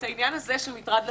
את העניין הזה של מטרד לציבור,